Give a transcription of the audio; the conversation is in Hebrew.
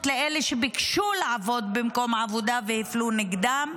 לאלה שביקשו לעבוד במקום העבודה והפלו אותם.